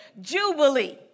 jubilee